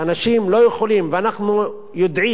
שאנשים לא יכולים, ואנחנו יודעים,